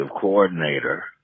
coordinator